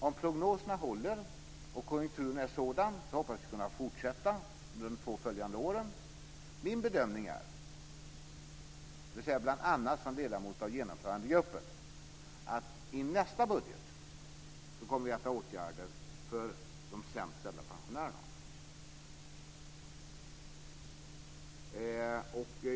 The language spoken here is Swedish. Om prognoserna håller och konjunkturen fortsätter hoppas vi att kunna fortsätta under de två följande åren. Min bedömning är - och den gör jag bl.a. som ledamot av Genomförandegruppen - att nästa budget kommer att innehålla åtgärder för de sämst ställda pensionärerna.